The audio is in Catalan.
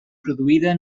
produïda